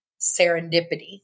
serendipity